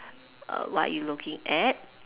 err what are you looking at